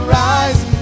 rise